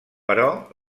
però